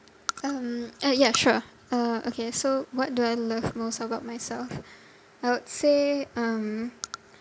um ah yeah sure uh okay so what do I love most about myself I would say um